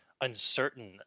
uncertain